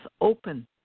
open